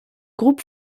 groupe